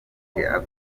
abyuka